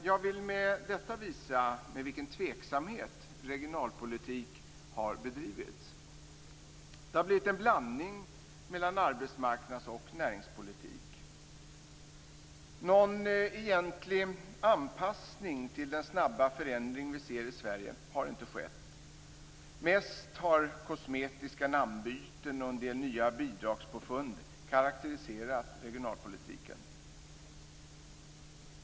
Jag vill med detta visa med vilken tveksamhet regionalpolitik har bedrivits. Det har blivit en blandning mellan arbetsmarknads och näringspolitik. Någon egentlig anpassning till den snabba förändring vi ser i Sverige har inte skett. Mest har kosmetiska namnbyten och en del nya bidragspåfund karakteriserat regionalpolitiken.